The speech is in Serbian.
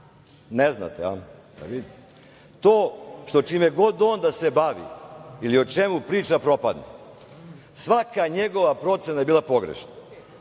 Ne znate? Vidim. To što čime god on da se bavi ili o čemu priča propadne. Svaka njegova procena je bila pogrešna.